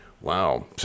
Wow